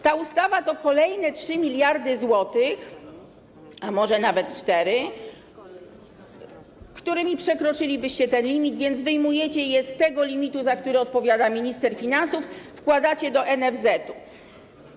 Ta ustawa to kolejne 3 mld zł, a może nawet 4, którymi przekroczylibyście ten limit, więc wyjmujecie je z tego limitu, za który odpowiada minister finansów, wkładacie do NFZ-u.